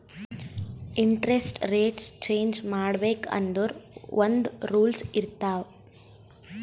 interest rates change ಮಾಡ್ಬೇಕ್ ಅಂದುರ್ ಒಂದ್ ರೂಲ್ಸ್ ಇರ್ತಾವ್